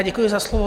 Děkuju za slovo.